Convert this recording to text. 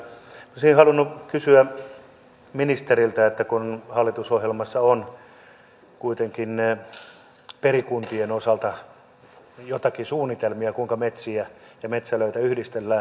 olisin halunnut kysyä ministeriltä ja tiedustella ministerin kantaa siihen kun hallitusohjelmassa on kuitenkin perikuntien osalta joitakin suunnitelmia kuinka metsiä ja metsälöitäyhdistellä